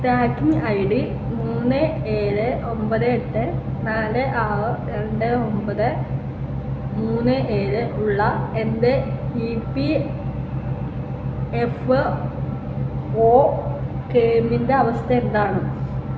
tracking ID ഡി മൂന്ന് ഏഴ് ഒമ്പത് എട്ട് നാല് ആറ് രണ്ട് ഒമ്പത് മൂന്ന് ഏഴ് ഉള്ള എൻ്റെ ഇ പി എഫ് ഒ ക്ലെയിമിൻ്റെ അവസ്ഥ എന്താണ്